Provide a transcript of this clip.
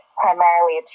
primarily